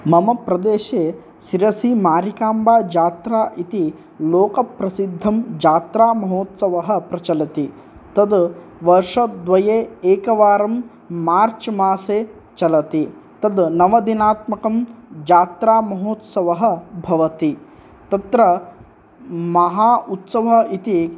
मम प्रदेशे सिरसीमारिकाम्बाजात्रा इति लोकप्रसिद्धं जात्रामहोत्सवः प्रचलति तद् वर्षद्वये एकवारं मार्च् मासे चलति तद् नवमदिनात्मकं जात्रामहोत्सवः भवति तत्र महा उत्सवः इति